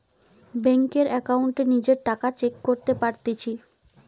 বেংকের একাউন্টে নিজের টাকা চেক করতে পারতেছি